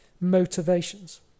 motivations